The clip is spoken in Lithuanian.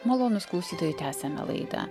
malonūs klausytojai tęsiame laidą